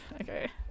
Okay